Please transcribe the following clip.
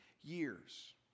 years